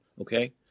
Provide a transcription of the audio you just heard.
okay